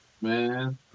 Man